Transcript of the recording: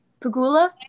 Pagula